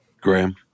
graham